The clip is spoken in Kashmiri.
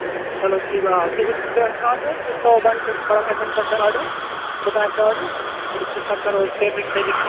چلو ٹھیٖک آ تُہۍ ؤنۍتو آرڈر حظ أسۍ ترٛاوَو ایڈرَسس پٮ۪ٹھ تۄہہِ آرڈر کوٗتاہ آسہِ آرڈر تَمہِ پَتہٕ کرو أسۍ پیمٮ۪نٛٹ تتَی